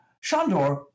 Shandor